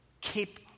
Keep